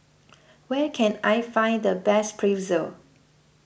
where can I find the best Pretzel